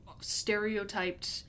stereotyped